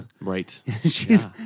Right